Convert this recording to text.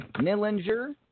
Millinger